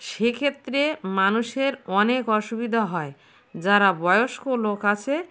সেক্ষেত্রে মানুষের অনেক অসুবিদা হয় যারা বয়স্ক লোক আছে